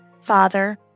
father